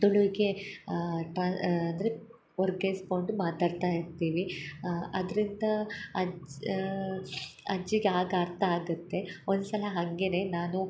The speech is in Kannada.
ತುಳುವಿಗೆ ಟ್ರಾ ಅಂದರೆ ವರ್ಗಾಯಿಸ್ಕೊಂಡು ಮಾತಾಡ್ತಾ ಇರ್ತೀವಿ ಅದರಿಂದ ಅಜ್ ಅಜ್ಜಿಗೆ ಆಗ ಅರ್ಥ ಆಗುತ್ತೆ ಒಂದ್ಸಲ ಹಾಗೆಯೇ ನಾನು